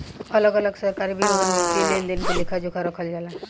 अलग अलग सरकारी विभाग में वित्तीय लेन देन के लेखा जोखा रखल जाला